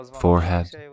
forehead